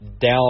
down